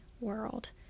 world